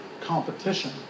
competition